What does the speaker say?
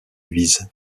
visent